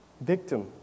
victim